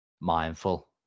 mindful